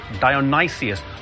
Dionysius